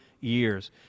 years